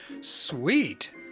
Sweet